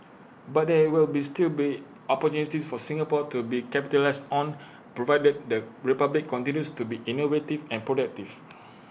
but there will be still be opportunities for Singapore to be capitalise on provided the republic continues to be innovative and productive